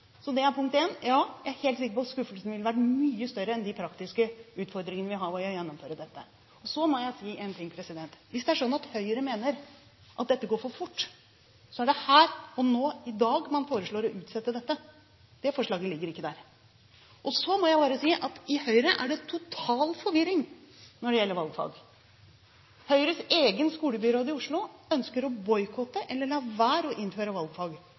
Det er punkt én. Ja, jeg er helt sikker på at skuffelsen ville ha vært mye større enn de praktiske utfordringene vi har med å gjennomføre dette. Så må jeg si en ting: Hvis det er sånn at Høyre mener at dette går for fort, så er det her og nå, i dag, man foreslår å utsette dette. Det forslaget ligger ikke der. Så må jeg bare si at i Høyre er det total forvirring når det gjelder valgfag. Høyres egen skolebyråd i Oslo ønsker å boikotte eller la være å innføre valgfag.